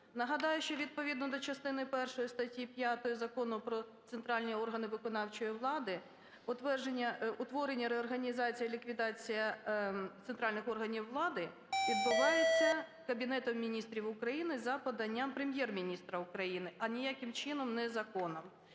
Нагадаю, що відповідно до частини першої статті 5 Закону "Про центральні органи виконавчої влади" утворення, реорганізація, ліквідація центральних органів влади відбувається Кабінетом Міністрів України за поданням Прем'єр-міністра України, а ніяким чином не законом.